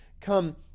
come